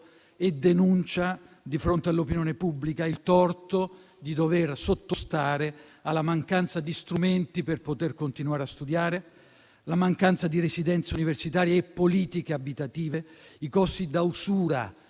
e denuncia, di fronte all'opinione pubblica, il torto di dover sottostare alla mancanza di strumenti per poter continuare a studiare, la mancanza di residenze universitarie e politiche abitative, i costi da usura,